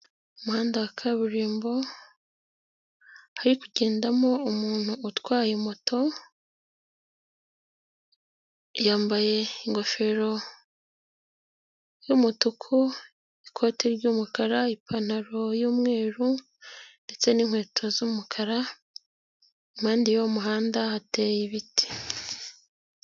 Umuhanda wa kaburimbo, hari kugendamo umuntu utwaye moto, yambaye ingofero y'umutuku, ikoti ry'umukara, ipantaro y'umweru ndetse n'inkweto z'umukara, impande y'uwo muhanda hateye ibiti.